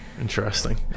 interesting